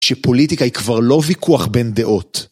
שפוליטיקה היא כבר לא ויכוח בין דעות.